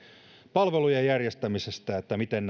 palvelujen järjestämisestä miten